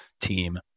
team